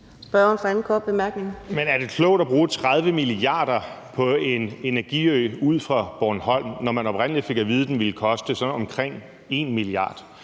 er det klogt at bruge 30 mia. kr. på en energiø ud for Bornholm, når man oprindelig fik at vide, den ville koste sådan omkring 1 mia. kr.?